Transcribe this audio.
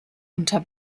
unter